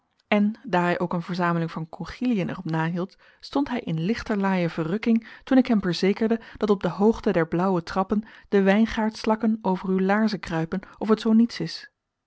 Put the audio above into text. en daar hij ook eene verzameling van conchiliën er op nahield stond hij in lichterlaaie verrukking toen ik hem verzekerde dat op de hoogte der blauwe trappen de wijngaardslakken over uw laarzen kruipen of t zoo niets is